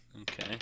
Okay